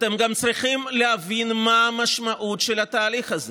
אתם גם צריכים להבין מה המשמעות של התהליך הזה.